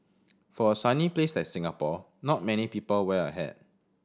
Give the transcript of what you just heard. for a sunny place like Singapore not many people wear a hat